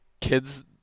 kids